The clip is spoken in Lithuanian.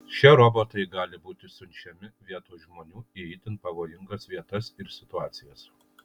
šie robotai gali būti siunčiami vietoj žmonių į itin pavojingas vietas ir situacijas